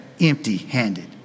empty-handed